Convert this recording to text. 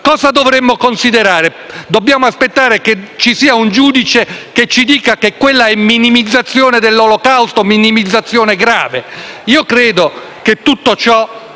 Cosa dovremmo pensare? Dovremmo ritenere che debba esserci un giudice che ci dica che quella è minimizzazione dell'Olocausto o minimizzazione grave? Io credo che tutto ciò